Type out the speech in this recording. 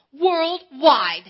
worldwide